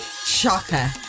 Shocker